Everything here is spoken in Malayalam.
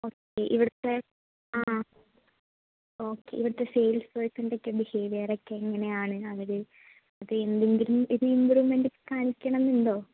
ഓക്കെ ഇവിടുത്തെ ആ ഓക്കെ ഇവിടുത്തെ സെയിൽസ് പേർസണിൻ്റെയൊക്കെ ബിഹേവിയർ ഒക്കെ എങ്ങനെയാണ് അവർ അത് എന്തെങ്കിലും ഇത് ഇമ്പ്രൂവ്മെന്റ് കാണിക്കണം എന്നുണ്ടോ